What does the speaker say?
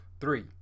Three